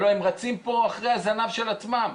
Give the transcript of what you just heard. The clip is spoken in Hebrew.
הלוא הם רצים פה אחרי הזנב של עצמם,